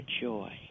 joy